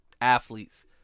athletes